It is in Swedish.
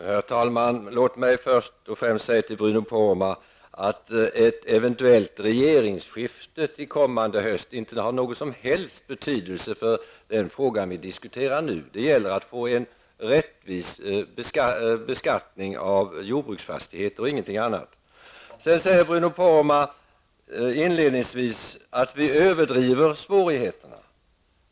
Herr talman! Låt mig först och främst säga till Bruno Poromaa att ett eventuellt regeringsskifte till kommande höst inte har någon som helst betydelse för den fråga som vi nu diskuterar. Det gäller att få en rättvis beskattning av jordbruksfastigheter och ingenting annat. Bruno Poromaa sade inledningsvis att vi överdriver svårigheterna.